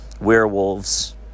werewolves